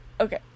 okay